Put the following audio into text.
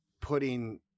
putting